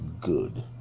good